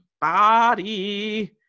body